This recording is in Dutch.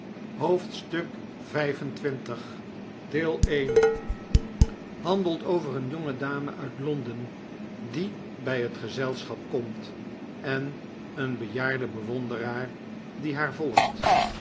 hoofdstuk xxv handelt over een jongedame uit londen die bij het gezelschap komt en een bejaarden bewonderaar die haar volgt